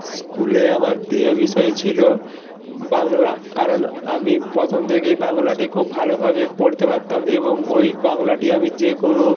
স্কুলে আমার প্রিয় বিষয় ছিলো বাংলা কারণ আমি প্রথম থেকেই বাংলাটি খুব ভালোভাবে পড়তে পারতাম এবং ওই বাংলাটি আমি যে কোনো